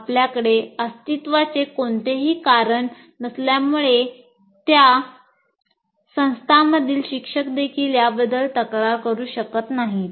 आपल्याकडे अस्तित्वाचे कोणतेही कारण नसल्यामुळे त्या संस्थांमधील शिक्षकदेखील याबद्दल तक्रार करू शकत नाहीत